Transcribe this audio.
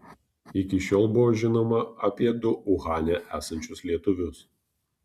iki šiol buvo žinoma apie du uhane esančius lietuvius